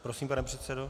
Prosím, pane předsedo.